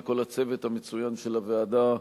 לכל הצוות המצוין של הוועדה,